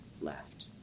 left